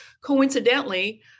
Coincidentally